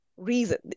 reason